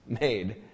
made